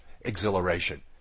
exhilaration